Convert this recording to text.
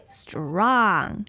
strong